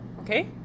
okay